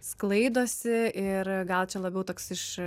sklaidosi ir gal čia labiau toks iš